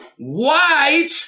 white